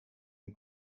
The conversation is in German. den